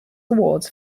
awards